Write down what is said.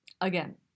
Again